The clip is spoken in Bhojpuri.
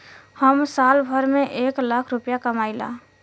हम साल भर में एक लाख रूपया कमाई ला